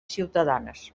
ciutadanes